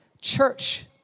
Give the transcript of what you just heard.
Church